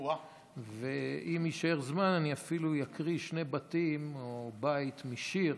אם יישאר זמן, אפילו אקריא שני בתים או בית משיר